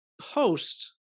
post-